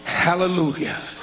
Hallelujah